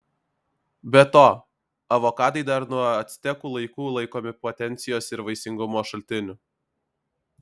be to avokadai dar nuo actekų laikų laikomi potencijos ir vaisingumo šaltiniu